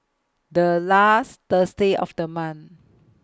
The last Thursday of The month